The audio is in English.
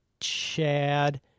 chad